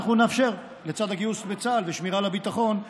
לצד הגיוס לצה"ל ושמירה על הביטחון,